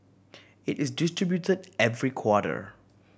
it is distributed every quarter